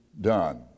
Done